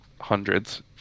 hundreds